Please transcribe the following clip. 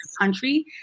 country